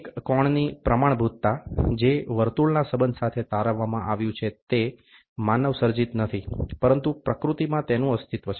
એક કોણની પ્રમાણભૂતતા જે વર્તુળના સંબંધ સાથે તારવવામા આવ્યું છે તે માનવ સર્જિત નથી પરંતુ પ્રકૃતિમાં તેનું અસ્તિત્વ છે